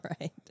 right